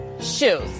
shoes